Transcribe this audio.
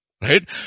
right